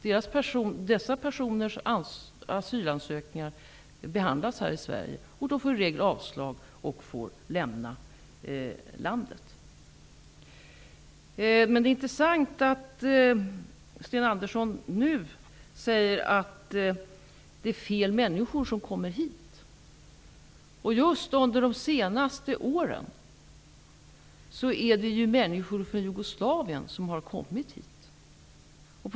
Dessa personers asylansökningar behandlas här i Sverige, och de får i regel avslag och måste lämna landet. Det är intressant att Sten Andersson i Malmö nu säger att det är fel människor som kommer hit. Just under de senaste åren är det främst människor från Jugoslavien som har kommit hit.